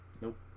Nope